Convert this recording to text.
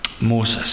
Moses